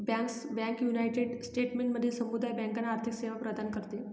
bankers bank United स्टेट्समधील समुदाय बँकांना आर्थिक सेवा प्रदान करते